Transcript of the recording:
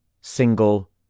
single